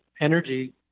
energy